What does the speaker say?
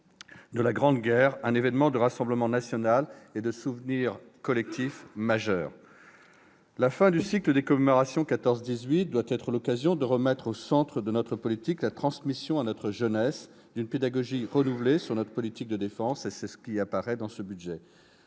de la Grande Guerre un événement de rassemblement national et de souvenir collectif majeur. La fin du cycle des commémorations de 14-18 doit être l'occasion de remettre au centre de notre politique la transmission à notre jeunesse d'une pédagogie renouvelée sur notre politique de défense, et c'est ce qui apparaît dans ce budget.